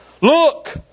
Look